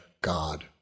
god